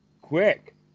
Quick